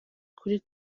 ukuri